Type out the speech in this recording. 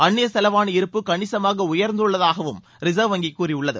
அன்னிய செலாவணி இருப்பு கணிசமாக உயர்ந்துள்ளதாகவும் ரிசர்வ் வங்கி கூறியுள்ளது